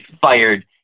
fired